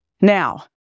Now